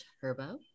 Turbo